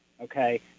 okay